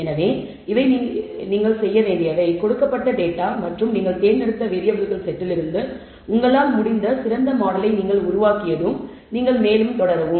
எனவே இவை நீங்கள் செய்ய வேண்டியவை கொடுக்கப்பட்ட டேட்டா மற்றும் நீங்கள் தேர்ந்தெடுத்த வேரியபிள்கள் செட்டிலிருந்து உங்களால் முடிந்த சிறந்த மாடலை நீங்கள் உருவாக்கியதும் நீங்கள் மேலும் தொடரவும்